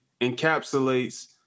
encapsulates